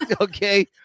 okay